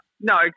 No